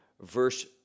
verse